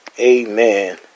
Amen